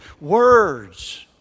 words